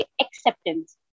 Acceptance